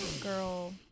Girl